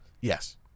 Yes